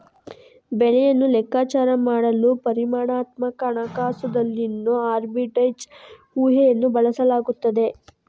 ಬೆಲೆಯನ್ನು ಲೆಕ್ಕಾಚಾರ ಮಾಡಲು ಪರಿಮಾಣಾತ್ಮಕ ಹಣಕಾಸುದಲ್ಲಿನೋ ಆರ್ಬಿಟ್ರೇಜ್ ಊಹೆಯನ್ನು ಬಳಸಲಾಗುತ್ತದೆ